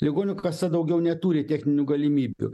ligonių kasa daugiau neturi techninių galimybių